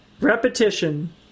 Repetition